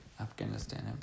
Afghanistan